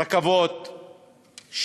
רכבות,